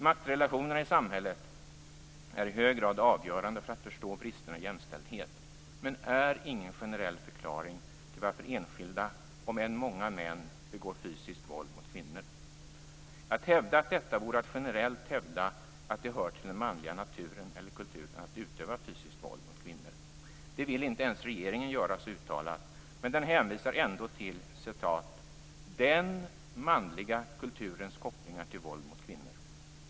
Maktrelationerna i samhället är i hög grad avgörande för möjligheterna att förstå bristerna i jämställdhet, men de är ingen generell förklaring till varför enskilda - om än många - män begår fysiskt våld mot kvinnor. Att hävda detta vore att generellt hävda att det hör till den manliga naturen eller kulturen att utöva fysiskt våld mot kvinnor. Det vill inte ens regeringen göra så uttalat, men den hänvisar ändå till "den manliga kulturens kopplingar till våld mot kvinnor".